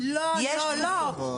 מאוד-מאוד חשובה.